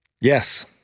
Yes